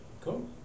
cool